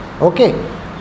Okay